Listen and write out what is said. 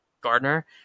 Gardner